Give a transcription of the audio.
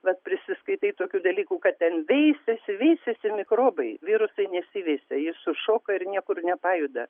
vat prisiskaitai tokių dalykų kad ten veisiasi veisiasi mikrobai virusai nesiveisia jie sušoka ir niekur nepajuda